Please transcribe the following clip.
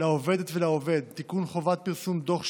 לעובדת ולעובד (תיקון, חובת פרסום דוח שנתי),